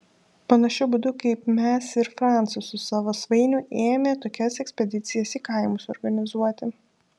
panašiu būdu kaip mes ir francas su savo svainiu ėmė tokias ekspedicijas į kaimus organizuoti